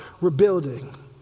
rebuilding